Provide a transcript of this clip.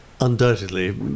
Undoubtedly